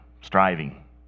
striving